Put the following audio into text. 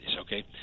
Okay